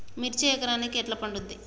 మిర్చి ఎకరానికి ఎట్లా పండుద్ధి?